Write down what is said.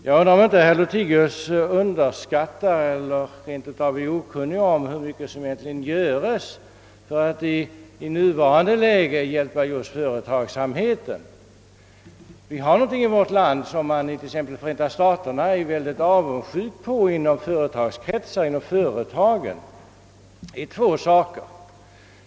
Jag undrar om inte herr Lothigius underskattar eller rent av är okunnig om vad som görs för att i nuvarande läge hjälpa just företagsamheten. Vi har i vårt land två saker som man till exempel inom företagsamheten i Förenta staterna betraktar med stor avundsjuka.